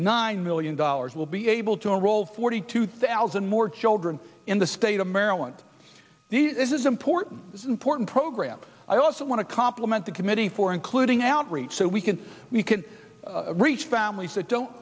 nine million dollars will be able to enroll forty two thousand more children in the state of maryland this is important this important program i also want to compliment the committee for including outreach so we can we can reach families that don't